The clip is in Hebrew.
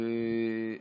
תודה רבה.